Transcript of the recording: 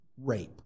rape